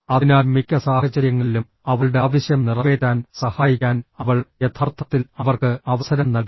അതിനാൽ മിക്ക സാഹചര്യങ്ങളിലും അവളുടെ ആവശ്യം നിറവേറ്റാൻ സഹായിക്കാൻ അവൾ യഥാർത്ഥത്തിൽ അവർക്ക് അവസരം നൽകി